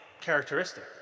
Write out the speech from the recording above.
characteristic